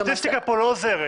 הסטטיסטיקה פה לא עוזרת.